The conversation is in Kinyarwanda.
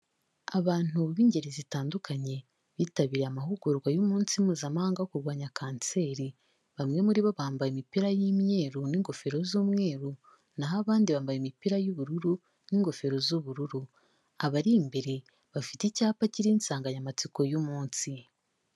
Abantu b'ingeri zitandukanye bitabiriye amahugurwa y'umunsi mpuzamahanga wo kurwanya kanseri; bamwe muri bo bambaye imipira y'imyeru n'ingofero z'umweru, Naho abandi bambaye imipira y'ubururu n'ingofero z'ubururu, abari imbere bafite icyapa kiriho insanganyamatsiko y'umunsi.